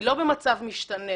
היא לא במצב משתנה.